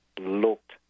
looked